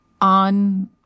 on